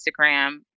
Instagram